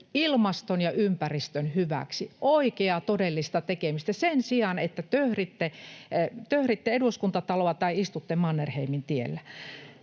ilmaston ja ympäristön hyväksi, oikeaa todellista [Pitkon välihuuto] tekemistä sen sijaan, että töhritte Eduskuntataloa tai istutte Mannerheimintiellä.